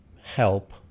help